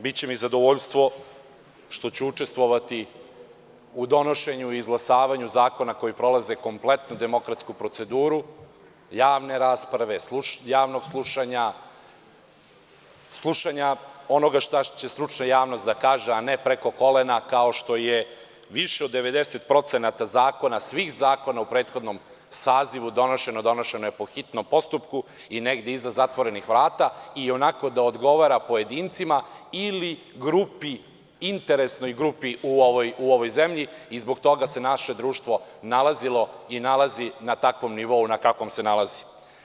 Biće mi zadovoljstvo što ću učestvovati u donošenju i izglasavanju zakona koji prolaze kompletnu demokratsku proceduru, javne rasprave, javna slušanja, slušanja onoga šta će stručna javnost da kaže, a ne preko kolena, kao što je više od 90% svih zakona u prethodnom sazivu, donošeno, donošeno je po hitnom postupku negde iza zatvorenih vrata i da odgovara pojedincima ili grupi interesnoj u ovoj zemlji i zbog toga se naše društvo nalazilo i nalazi na takvom nivou na kakvom se nalazi.